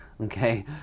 Okay